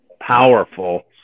powerful